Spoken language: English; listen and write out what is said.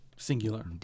Singular